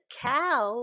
cow